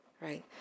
right